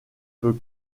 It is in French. peut